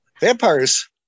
vampires